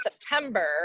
September